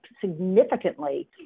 significantly